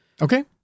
okay